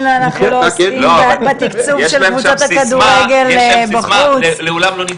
מבחינת התיקצוב, ואיך